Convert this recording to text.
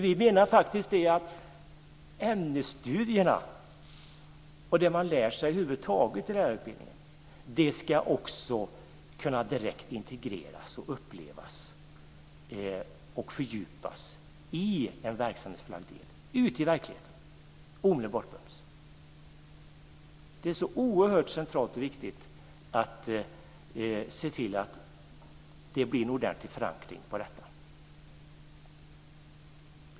Vi menar faktiskt att ämnesstudierna och det man lär sig över huvud taget i lärarutbildningen också ska kunna integreras, upplevas och fördjupas direkt i en verksamhetsförlagd del, ute i verkligheten, omedelbart bums. Det är så oerhört centralt och viktigt att se till att det blir en ordentlig förankring av detta.